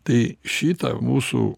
tai šitą mūsų